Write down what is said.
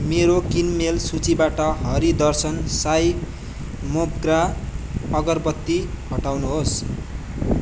मेरो किनमेल सूचीबाट हरि दर्शन साई मोग्रा अगरबत्ती हटाउनु होस्